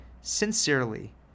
Sincerely